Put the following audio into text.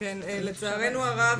לצערנו הרב,